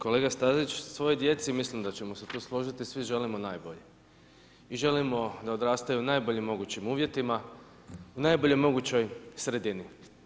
Kolega Stazić, svoj djeci i mislim da ćemo se tu složiti svi želimo najbolje i želimo da odrastaju u najboljim mogućim uvjetima u najboljoj mogućoj sredini.